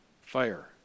fire